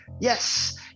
Yes